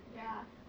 ya